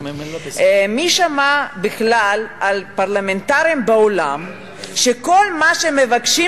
מי שמע בכלל על פרלמנטרים בעולם שכל מה שהם מבקשים